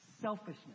selfishness